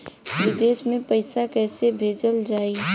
विदेश में पईसा कैसे भेजल जाई?